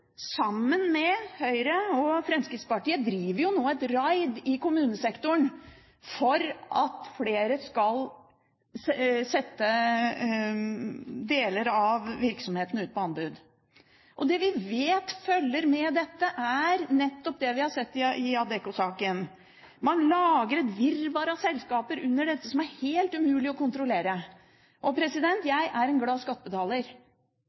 sammen med Høyre og Fremskrittspartiet, driver nå et raid i kommunesektoren for at flere skal sette deler av virksomheten ut på anbud. Det vi vet følger med dette, er nettopp det vi har sett i Adecco-saken. Man lager et virvar av selskaper under dette som det er helt umulig å kontrollere. Jeg er en glad skattebetaler